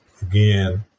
Again